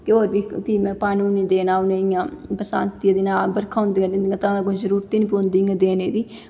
ते होर बी ते फ्ही उ'नें में पानी ऊनी देना उ'नेंगी इ'यां बरसांती बरखां होंदियां रैंह्दियां तां कोई जरूरत गै निं पौंदी इ'यां देने दी